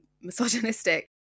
misogynistic